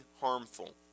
harmful